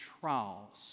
trials